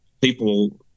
people